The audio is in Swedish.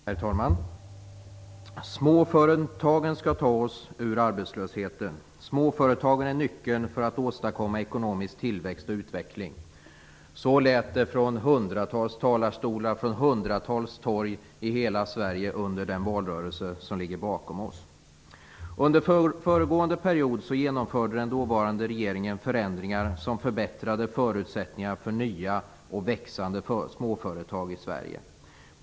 Herr talman! "Småföretagen skall ta oss ur arbetslösheten. Småföretagen är nyckeln för att åstadkomma ekonomisk tillväxt och utveckling". Så lät det från hundratals talarstolar och från hundratals torg i hela Sverige under den valrörelse som ligger bakom oss. Under föregående mandatperiod genomförde den dåvarande regeringen förändringar som förbättrade förutsättningar för nya och växande småföretag i Sverige.